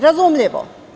Razumljivo.